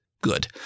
Good